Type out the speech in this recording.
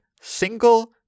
single